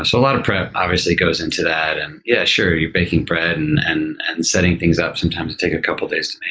a lot of prep obviously goes into that. and yeah you're baking bread and and and setting things up, sometimes it takes a couple of days to make,